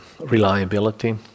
reliability